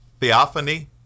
Theophany